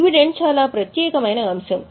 dividend చాలా ప్రత్యేకమైన అంశం